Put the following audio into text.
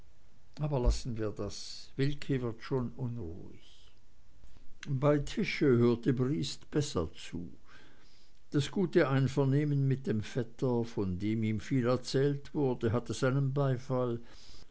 aber lassen wir das wilke wird schon unruhig bei tische hörte briest besser zu das gute einvernehmen mit dem vetter von dem ihm viel erzählt wurde hatte seinen beifall